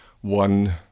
one